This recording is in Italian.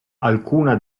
alcuna